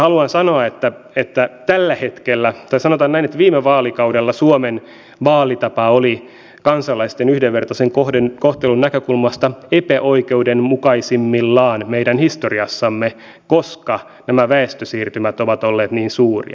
haluan sanoa että tällä hetkellä tai sanotaan näin että viime vaalikaudella suomen vaalitapa oli kansalaisten yhdenvertaisen kohtelun näkökulmasta epäoikeudenmukaisimmillaan meidän historiassamme koska nämä väestösiirtymät ovat olleet niin suuria